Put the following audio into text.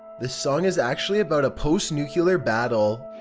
the song is actually about a post-nuclear battle.